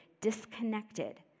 disconnected